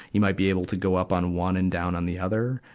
you might be able to go up on one and down on the other,